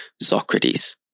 Socrates